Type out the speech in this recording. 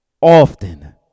often